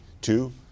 Two